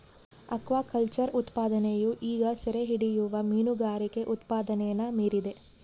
aquaculture ಉತ್ಪಾದನೆಯು ಈಗ ಸೆರೆಹಿಡಿಯುವ ಮೀನುಗಾರಿಕೆ ಉತ್ಪಾದನೆನ ಮೀರಿದೆ